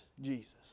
Jesus